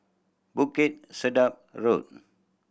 Bukit Sedap Road